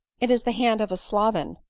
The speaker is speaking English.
it is the hand of a sloven,